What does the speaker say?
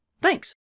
Thanks